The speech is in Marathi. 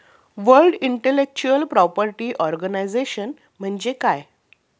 वर्ल्ड इंटेलेक्चुअल प्रॉपर्टी ऑर्गनायझेशन म्हणजे काय?